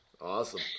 Awesome